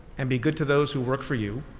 and be good to those who work for you.